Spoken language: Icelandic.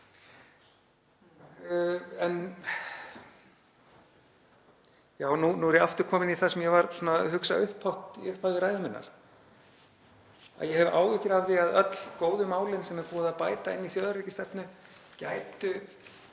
Nú er ég aftur kominn í það sem ég var að hugsa upphátt í upphafi ræðu minnar, að ég hef áhyggjur af því að öll góðu málin sem er búið að bæta inn í þjóðaröryggisstefnu gætu